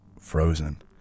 frozen